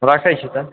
रखै छी तऽ